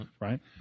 Right